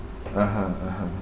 (uh huh) (uh huh)